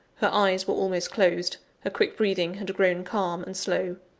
her eyes were almost closed her quick breathing had grown calm and slow.